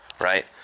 Right